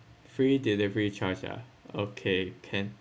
free delivery charge ah okay can